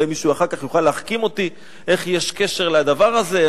אולי מישהו אחר כך יוכל להחכים אותי איך יש קשר לדבר הזה,